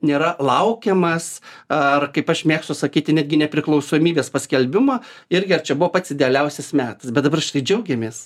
nėra laukiamas ar kaip aš mėgstu sakyti netgi nepriklausomybės paskelbimą irgi ar čia buvo pats idealiausias metas bet dabar štai džiaugiamės